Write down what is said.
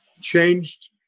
changed